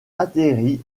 atterri